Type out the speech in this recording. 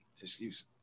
excuse